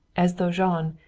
as though jean,